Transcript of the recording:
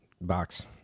box